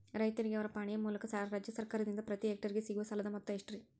ರೈತರಿಗೆ ಅವರ ಪಾಣಿಯ ಮೂಲಕ ರಾಜ್ಯ ಸರ್ಕಾರದಿಂದ ಪ್ರತಿ ಹೆಕ್ಟರ್ ಗೆ ಸಿಗುವ ಸಾಲದ ಮೊತ್ತ ಎಷ್ಟು ರೇ?